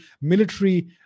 military